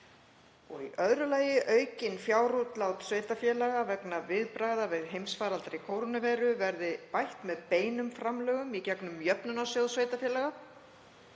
sveitarfélaga. 2. Aukin fjárútlát sveitarfélaga vegna viðbragða við heimsfaraldri kórónuveiru verði bætt með beinum framlögum í gegnum Jöfnunarsjóð sveitarfélaga.